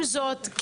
עם זאת,